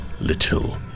little